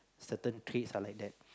certain traits are like that